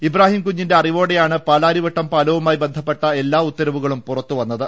ഇബ്രാഹിംകുഞ്ഞിന്റെ അറിവോടെയാണ് പാലാരിവട്ടം പാലവുമായി ബന്ധപ്പെട്ട എല്ലാ ഉത്തരവുകളും പുറത്തുവന്നത്